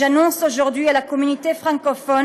והיום אני מודיע לקהילה דוברת הצרפתית